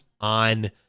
on